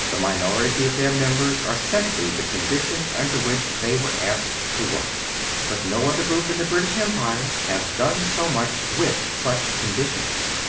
the minority of their members are simply the conditions under which they were asked to work but no other group in the british empire has done so much with such conditions.